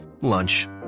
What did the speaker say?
Lunch